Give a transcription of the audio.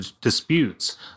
disputes